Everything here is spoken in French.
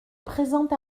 présent